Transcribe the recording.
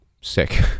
sick